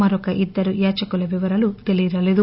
మరొక ఇద్దరు యాచకులు వివరాలు తెలియలేదు